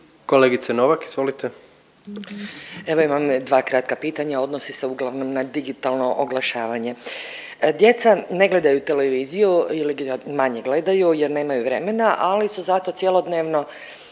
Dubravka (Možemo!)** Evo imam dva kratka pitanja, odnosi se uglavnom na digitalno oglašavanje. Djeca ne gledaju televiziju ili manje gledaju jer nemaju vremena, ali su zato cjelodnevno